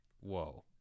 Whoa